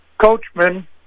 coachman